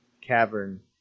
cavern